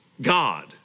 God